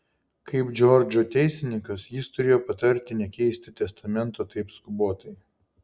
kaip džordžo teisininkas jis turėjo patarti nekeisti testamento taip skubotai